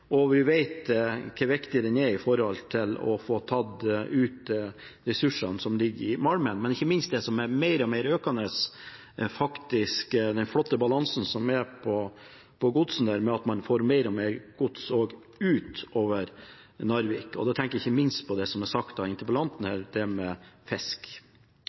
og vi vet hvor viktig den er når det gjelder å få tatt ut ressursene som ligger i malmen. Men ikke minst er den viktig for det som er mer og mer økende, nemlig den flotte balansen som er på gods, i og med at man får mer og mer gods ut over Narvik. Da tenker jeg ikke minst på det som er sagt av interpellanten om fisk. Jeg er glad for det